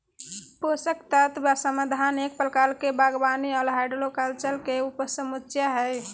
पोषक तत्व समाधान एक प्रकार के बागवानी आर हाइड्रोकल्चर के उपसमुच्या हई,